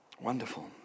wonderful